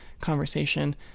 conversation